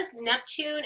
Neptune